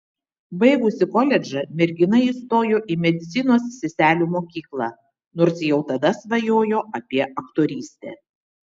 baigusi koledžą mergina įstojo į medicinos seselių mokyklą nors jau tada svajojo apie aktorystę